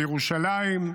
בירושלים,